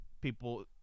people